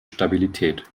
stabilität